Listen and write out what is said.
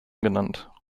genannt